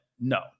no